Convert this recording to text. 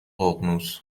ققنوس